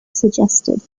suggested